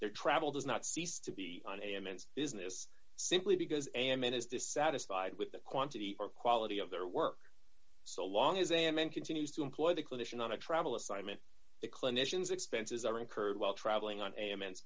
their travel does not cease to be an amants business simply because ammon is dissatisfied with the quantity or quality of their work so long as a man continues to employ the clinician on a travel assignment the clinician's expenses are incurred while travelling on a man's